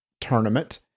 tournament